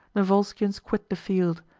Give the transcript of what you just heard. the volscians quit the field,